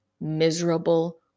miserable